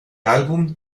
álbum